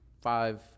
Five